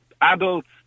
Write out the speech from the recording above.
adults